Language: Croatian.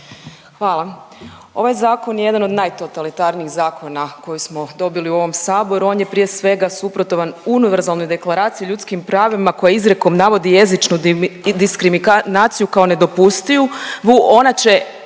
Hvala. Ovaj zakon je jedan od najtotalitarnijih zakona koji smo dobili u ovom Saboru, on je prije svega suprotan Univerzalnoj deklaraciji o ljudskim pravima koje izrijekom navodi jezičnu diskriminaciju kao nedopustivu.